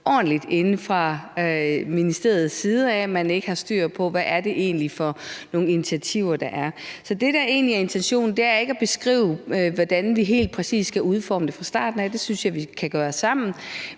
ordentligt inde fra ministeriets side; at man ikke har styr på, hvad det egentlig er for nogle initiativer, der er. Så det, der egentlig er intentionen, er ikke at beskrive, hvordan vi helt præcis skal udforme det fra starten af – det synes jeg vi kan gøre sammen